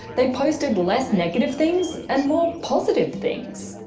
they posted less negative things and more positive things.